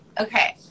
Okay